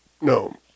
No